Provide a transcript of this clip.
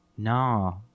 No